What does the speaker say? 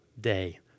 day